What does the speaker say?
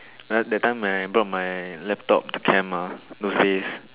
uh that time when I brought my laptop to camp mah those days